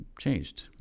changed